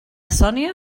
sònia